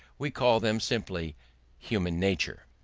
we call them simply human nature.